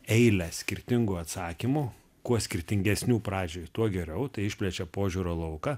eilę skirtingų atsakymų kuo skirtingesnių pradžioj tuo geriau tai išplečia požiūrio lauką